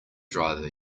driver